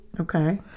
Okay